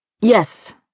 Yes